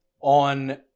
on